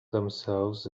themselves